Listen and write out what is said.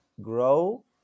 grow